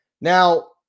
Now